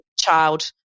child